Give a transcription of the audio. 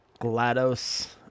GLaDOS